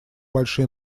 большие